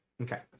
Okay